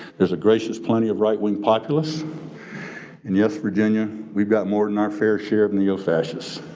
there's a gracious plenty of right-wing populist and yes, virginia, we've got more than our fair share of neo-fascists.